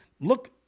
look